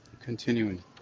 Continuing